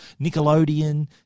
Nickelodeon